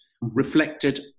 reflected